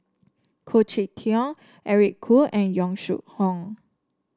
Khoo Cheng Tiong Eric Khoo and Yong Shu Hoong